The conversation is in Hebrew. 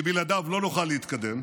כי בלעדיו לא נוכל להתקדם.